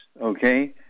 okay